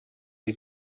des